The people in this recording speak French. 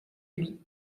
lui